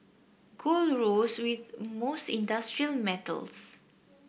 gold rose with most industrial metals